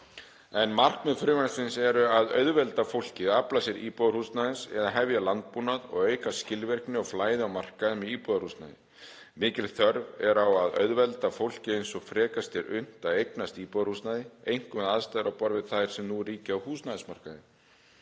Markmið frumvarpsins eru að auðvelda fólki að afla sér íbúðarhúsnæðis eða hefja landbúnað og auka skilvirkni og flæði á markaði með íbúðarhúsnæði. Mikil þörf er á að auðvelda fólki eins og frekast er unnt að eignast íbúðarhúsnæði, einkum við aðstæður á borð við þær sem nú ríkja á húsnæðismarkaði.